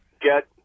get